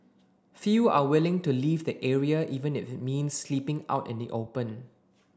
few are willing to leave the area even if it means sleeping out in the open